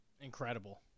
incredible